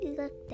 look